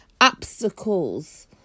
obstacles